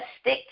stick